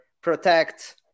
protect